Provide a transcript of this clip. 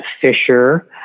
fisher